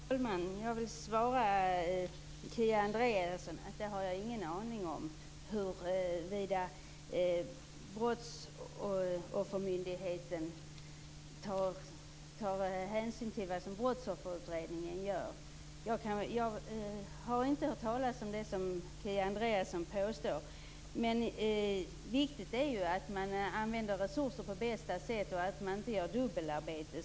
Fru talman! Jag vill svara Kia Andreasson att jag inte har en aning om huruvida Brottsoffermyndigheten tar hänsyn till vad Brottsofferutredningen gör. Jag har inte hört talas om det som Kia Andreasson påstår. Viktigt är ju att man använder resurser på bästa sätt och att man inte gör dubbelarbete.